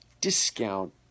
discount